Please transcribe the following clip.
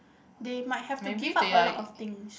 they might have to give up a lot of things